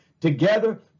together